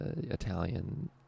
italian